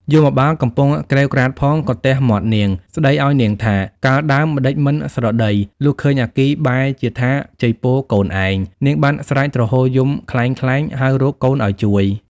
យមបាលកំពុងក្រេវក្រោធផង ក៏ទះមាត់នាង ស្តីឱ្យនាងថា កាលដើមម្តេចមិនស្រដី លុះឃើញអគ្គិបែរជាថាចីពរកូនឯង នាងបានស្រែក ទ្រហោយំក្លែងៗ ហៅរកកូនឱ្យជួយ ។